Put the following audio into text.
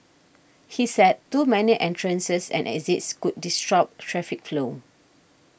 he said too many entrances and exits could disrupt traffic flow